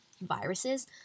viruses